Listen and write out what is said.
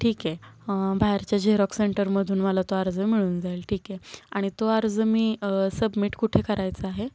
ठीक आहे बाहेरच्या झेरॉक्स सेंटरमधून मला तो अर्ज मिळून जाईल ठीक आहे आणि तो अर्ज मी सबमिट कुठे करायचा आहे